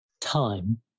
time